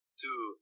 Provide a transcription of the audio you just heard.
two